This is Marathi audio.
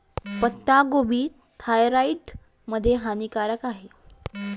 पत्ताकोबी थायरॉईड मध्ये हानिकारक आहे